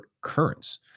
currents